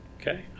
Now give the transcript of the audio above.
Okay